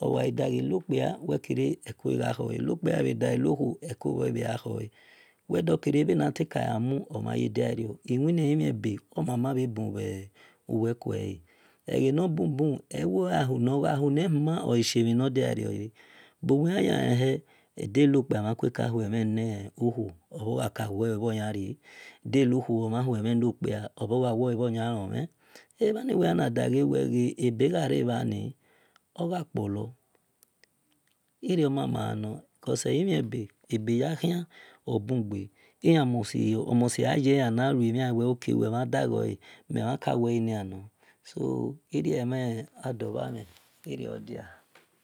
weghai daghe no kpia ukhor ghi gha khole eno kpia gha daghu wel eko bho ghi bhe gha whole wel dovere bhe na kaya mu omhan yediarior wel do kere iwine llmebe obhe mama bu bhu welkuele egheni nor bubu ahu nel humoleshie mhi nor diariore buwel yashi yalenhe da nokpia mhan kueka hue mhen no khuo obho gbala wu obho yan rie de eno khuo omhan hue-mhon no v-pia eghaku wek olebhu yon lomhen ebhani wek yan na dahe ebe gharr bha okpolor irior mama ghanor because elimhen gbe ebeyakuan okpolor gbe omusi gha ye-an-na wel ok wel mhan dagho mel mhan ka-wel inia nor irio emhen ordor bha mhen iruo dia